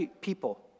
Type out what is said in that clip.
people